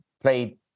Played